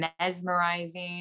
mesmerizing